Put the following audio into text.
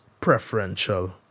preferential